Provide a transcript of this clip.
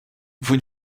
vous